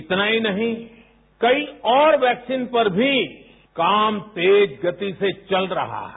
इतना ही नहीं कई और वैक्सीन पर भी काम तेज गति से चल रहा है